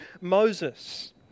Moses